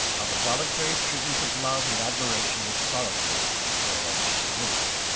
of the voluntary tribute of love and admiration which followed her wherever she went.